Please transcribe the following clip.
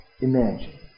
imagine